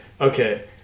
okay